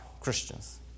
Christians